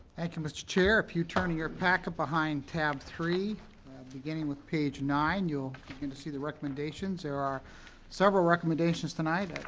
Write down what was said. thank you, mr. chair. if you'd turn in your packet behind tab three beginning with page nine, you'll and see the recommendations. there are several recommendations tonight,